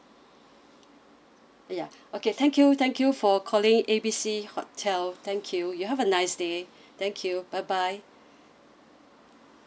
ya okay thank you thank you for calling A B C hotel thank you you have a nice day thank you bye bye